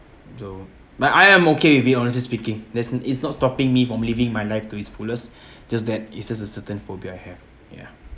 so but I am okay with honestly speaking that's it's not stopping me from living my life to its fullest just that it's just a certain phobia I have ya